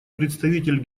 представитель